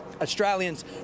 Australians